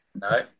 no